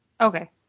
Okay